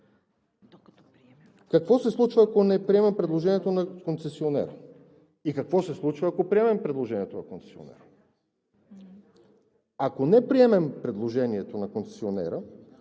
Какво се случва, ако не приемем предложението на концесионера, и какво се случва, ако приемем предложението на концесионера? Ако не приемем предложението на концесионера,